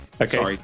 Okay